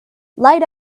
light